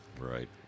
Right